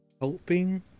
helping